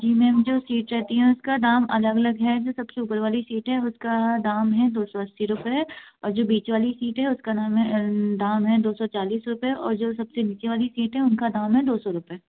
जी ma'am जो seat रहती है उसका दाम अलग अलग है जो सब से ऊपर वाली सीट है उसका दाम है दो सौ अस्सी रुपये और जो बीच वाली सीट है उसका नाम है दाम है दो सौ चालीस रुपये और जो सब से नीचे वाली सीट है उनका दाम है दौ सौ रुपये